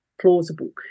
plausible